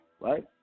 right